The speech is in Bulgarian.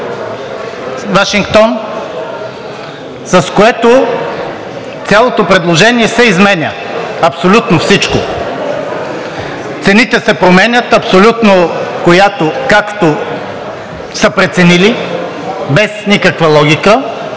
министър, с което цялото предложение се изменя, абсолютно всичко. Цените се променят абсолютно както са преценили, без никаква логика.